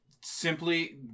simply